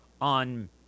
on